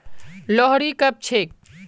लोहड़ी कब छेक